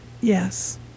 Yes